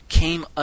came